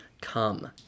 come